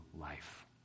life